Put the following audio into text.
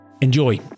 Enjoy